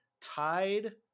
tied